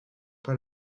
pas